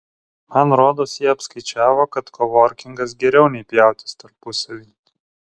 man rodos jie apskaičiavo kad kovorkingas geriau nei pjautis tarpusavy